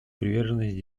приверженность